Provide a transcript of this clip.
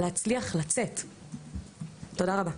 תודה רבה.